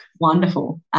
wonderful